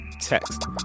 text